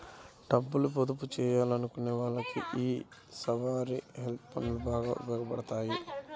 డబ్బుని పొదుపు చెయ్యాలనుకునే వాళ్ళకి యీ సావరీన్ వెల్త్ ఫండ్లు బాగా ఉపయోగాపడతాయి